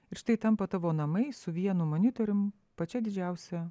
ir štai tampa tavo namai su vienu monitorium pačia didžiausia